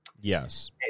Yes